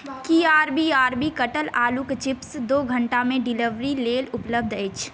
की आर बी आर बी कटल आलूक चिप्स दू घंटामे डिलीवरी लेल उपलब्ध अछि